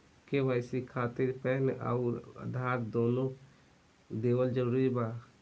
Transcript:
KYC खातिर PAN आउर आधार दुनों देवल जरूरी बा?